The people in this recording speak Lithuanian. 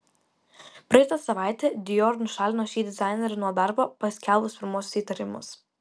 praeitą savaitę dior nušalino šį dizainerį nuo darbo paskelbus pirmuosius įtarimus